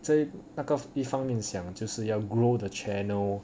在那个一方面想就是要 grow the channel